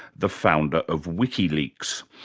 the founder of wikileaks.